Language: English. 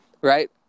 Right